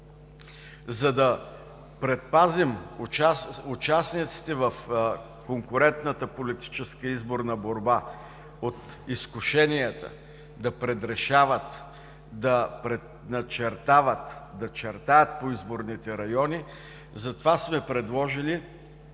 За да предпазим участниците в конкурентната политическа изборна борба от изкушенията да предрешават, да предначертават, да чертаят по изборните райони, затова сме предложили